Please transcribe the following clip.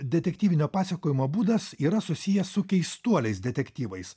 detektyvinio pasakojimo būdas yra susijęs su keistuoliais detektyvais